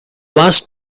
last